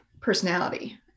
Personality